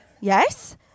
Yes